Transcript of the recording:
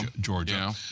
Georgia